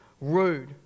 rude